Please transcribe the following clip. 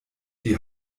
die